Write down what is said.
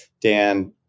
Dan